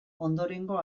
ondorengo